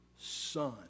Son